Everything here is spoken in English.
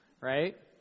right